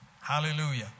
Hallelujah